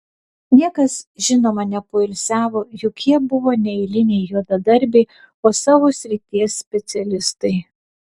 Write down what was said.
niekas žinoma nepoilsiavo juk jie buvo ne eiliniai juodadarbiai o savo srities specialistai